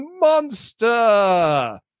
monster